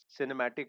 cinematic